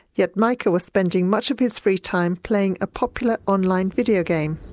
yet mica was spending much of his free time playing a popular online video game.